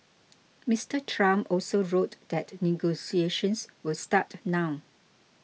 Mister Trump also wrote that negotiations will start now